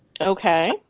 Okay